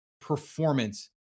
performance